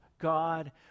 god